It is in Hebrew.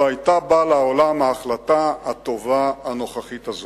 היתה באה לעולם ההחלטה הנוכחית הטובה הזאת.